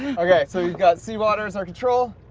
okay, so we've got sea water as our control,